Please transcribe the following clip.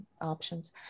options